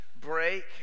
break